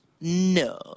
No